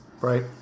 Right